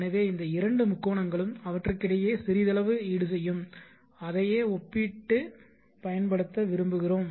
எனவே இந்த இரண்டு முக்கோணங்களும் அவற்றுக்கிடையே சிறிதளவு ஈடுசெய்யும் அதையே ஒப்பிட்டுப் பயன்படுத்த விரும்புகிறோம்